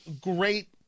great